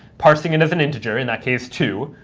passing it as an integer, in that case two.